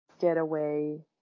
getaway